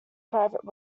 private